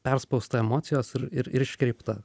perspausta emocijos ir ir ir iškreipta